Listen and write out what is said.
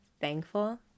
thankful